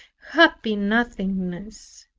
happy nothingness,